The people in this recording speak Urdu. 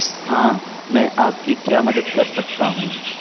ہاں میں آپ کی کیا مدد کر سکتا ہوں